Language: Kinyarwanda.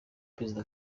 perezida